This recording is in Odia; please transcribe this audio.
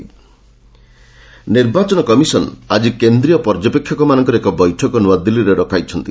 ଇସି ମିଟିଂ ନିର୍ବାଚନ କମିଶନ ଆଜି କେନ୍ଦ୍ରୀୟ ପର୍ଯ୍ୟବେକ୍ଷକମାନଙ୍କର ଏକ ବୈଠକ ନୂଆଦିଲ୍ଲୀରେ ଡକାଇଛନ୍ତି